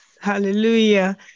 Hallelujah